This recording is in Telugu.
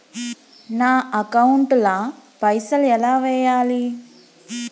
నా అకౌంట్ ల పైసల్ ఎలా వేయాలి?